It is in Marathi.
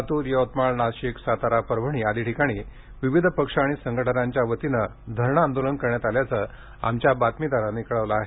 लातूर यवतमाळ नाशिक सातारा परभणी आदी ठिकाणी विविध पक्ष आणि संघटनांच्या वतीने धरणे आंदोलन करण्यात आल्याचं आमच्या बातमीदारांनी कळवलं आहे